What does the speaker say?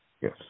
Yes